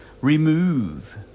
remove